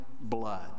blood